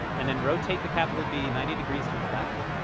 and then rotate the capital b ninety degrees to the left.